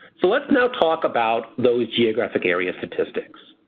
so let's now talk about those geographic area statistics.